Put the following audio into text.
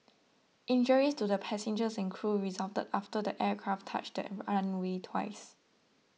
injuries to the passengers and crew resulted after the aircraft touched the runway twice